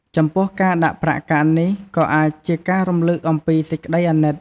ចំពោះការដាក់ប្រាក់កាក់នេះក៏អាចជាការរំលឹកអំពីសេចក្ដីអាណិត។